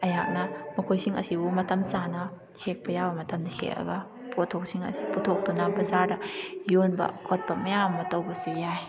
ꯑꯩꯍꯥꯛꯅ ꯃꯈꯣꯏꯁꯤꯡ ꯑꯁꯤꯕꯨ ꯃꯇꯝ ꯆꯥꯅ ꯌꯥꯕ ꯃꯇꯝꯗ ꯍꯦꯛꯑꯒ ꯄꯣꯠꯊꯣꯛꯁꯤꯡ ꯑꯁꯤ ꯄꯨꯊꯣꯛꯇꯨꯅ ꯕꯖꯥꯔꯗ ꯌꯣꯟꯕ ꯈꯣꯠꯄ ꯃꯌꯥꯝ ꯑꯃ ꯇꯧꯕꯁꯨ ꯌꯥꯏ